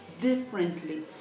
differently